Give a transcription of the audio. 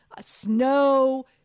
Snow